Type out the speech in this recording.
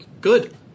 good